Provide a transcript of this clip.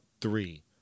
three